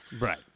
Right